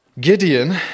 Gideon